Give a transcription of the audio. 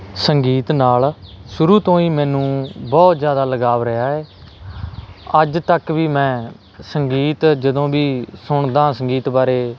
ਸੰਗੀਤ ਨਾਲ ਸ਼ੁਰੂ ਤੋਂ ਹੀ ਮੈਨੂੰ ਬਹੁਤ ਜ਼ਿਆਦਾ ਲਗਾਅ ਰਿਹਾ ਹੈ ਅੱਜ ਤੱਕ ਵੀ ਮੈਂ ਸੰਗੀਤ ਜਦੋਂ ਵੀ ਸੁਣਦਾ ਸੰਗੀਤ ਬਾਰੇ